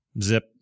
Zip